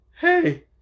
hey